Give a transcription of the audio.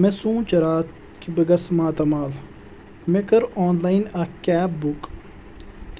مےٚ سونٛچ راتھ کہِ بہٕ گژھٕ ماتامال مےٚ کٔر آنلایِن اَکھ کیب بُک